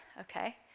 Okay